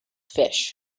fish